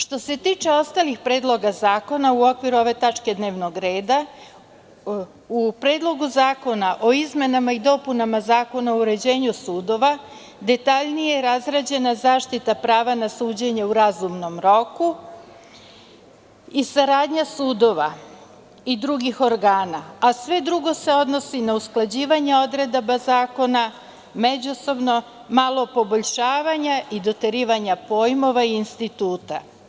Što se tiče ostalih predloga zakona u okviru ove tačke dnevnog reda, u Predlogu zakona o izmenama i dopunama Zakona o uređenju sudova detaljnije je razrađena zaštita prava na suđenje u razumnom roku i saradnja sudova i drugih organa, a sve drugo se odnosi na usklađivanje odredaba zakona međusobno, malo poboljšavanje i doterivanje pojmova i instituta.